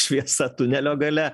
šviesa tunelio gale